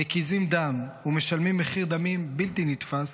מקיזים דם ומשלמים מחיר דמים בלתי נתפס,